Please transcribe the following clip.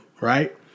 Right